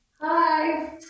Hi